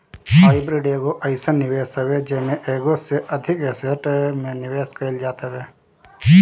hybrid एगो अइसन निवेश हवे जेमे एगो से अधिक एसेट में निवेश कईल जात हवे